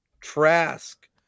Trask